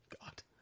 God